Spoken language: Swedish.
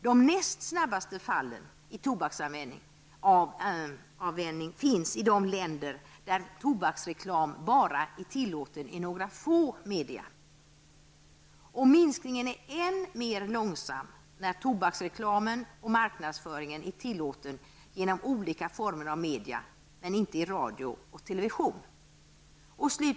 De näst snabbaste minskningarna i tobaksanvändningen har skett i de länder där tobaksreklam bara är tillåten i några få media. -- Minskningen är än mer långsam när tobaksreklamen och marknadsföringen är tillåten genom olika former av media men inte i radio och television.